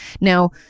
Now